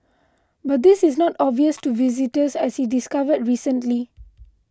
but this is not obvious to visitors as he discovered recently